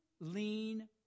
lean